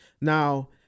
Now